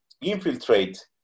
infiltrate